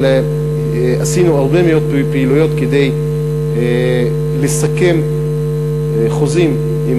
אבל עשינו הרבה מאוד פעילויות כדי לסכם חוזים עם